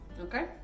okay